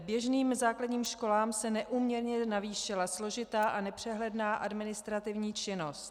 Běžným základním školám se neúměrně navýšila složitá a nepřehledná administrativní činnost.